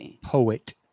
Poet